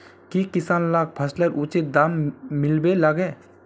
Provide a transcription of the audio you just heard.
की किसान लाक फसलेर उचित दाम मिलबे लगे?